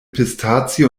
pistazie